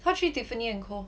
她去 Tiffany & Co.